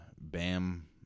Bam